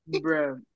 bro